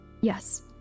Yes